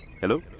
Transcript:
Hello